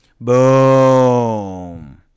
Boom